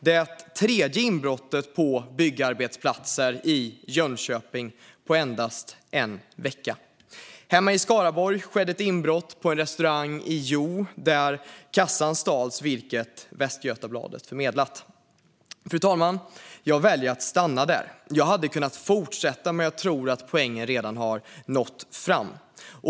Det är det tredje inbrottet på byggarbetsplatser i Jönköping under endast en vecka. Hemma i Skaraborg skedde ett inbrott på en restaurang i Hjo där kassan stals, vilket Västgöta-Bladet har förmedlat. Fru talman! Jag väljer att stanna där. Jag hade kunnat fortsätta, men jag tror att poängen redan har nått fram.